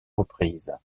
reprises